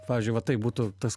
pavyzdžiui va taip būtų tas